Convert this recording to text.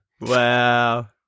Wow